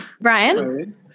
Brian